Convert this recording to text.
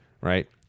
right